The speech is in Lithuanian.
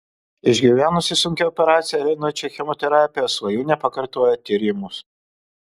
išgyvenusi sunkią operaciją alinančią chemoterapiją svajūnė pakartojo tyrimus